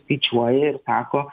skaičiuoja ir sako